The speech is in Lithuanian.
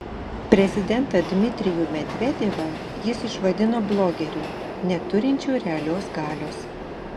prezidentą dmitrijų medvedevą jis išvadino blogeriu neturinčiu realios galios